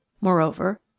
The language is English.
Moreover